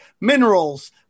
minerals